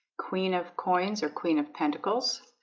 queen of coins or queen of pentacles